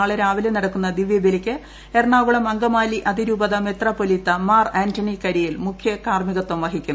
നാളെ രാവിലെ നടക്കുന്ന ദിവൃ ബലിക്ക് എറണാകുളം അങ്കമാലി അതിരൂപതാ മെത്രാ പൊലീത്ത മാർ ആന്റണി കരിയിൽ മുഖ്യ കാർമികതം വഹിക്കും